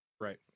Right